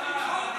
אז, אחר כך?